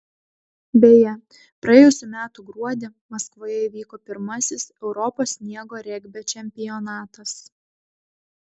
beje praėjusių metų gruodį maskvoje įvyko pirmasis europos sniego regbio čempionatas